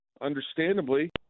understandably